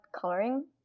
coloring